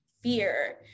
fear